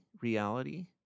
reality